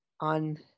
on